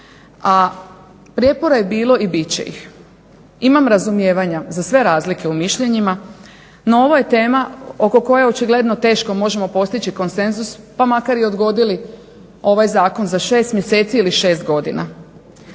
a prijepora je bilo i bit će ih. Imam razumijevanja za sve razlike u mišljenjima no ovo je teme oko koje očigledno možemo teško postići konsenzus pa makar i odgodili ovaj zakon za 6 mjeseci ili 6 godina.